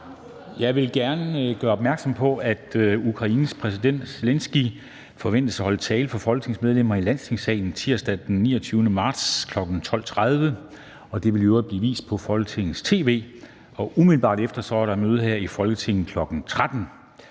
Jeg vil gerne gøre opmærksom på, at Ukraines præsident Zelenskyj forventes at holde tale for Folketingets medlemmer i Landstingssalen tirsdag den 29. marts 2022, kl. 12.30. Det vil i øvrigt blive vist på Folketingets tv. Umiddelbart efter vil der være møde her i Folketinget kl. 13.00.